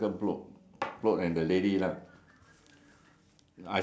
of a table or something like that of a of a box or something like that